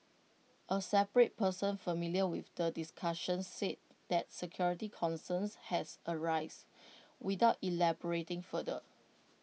A separate person familiar with the discussions said that security concerns has arise without elaborating further